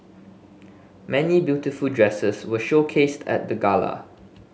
many beautiful dresses were showcased at the gala